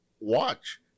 watch